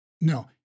No